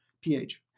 pH